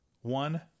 one